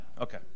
Okay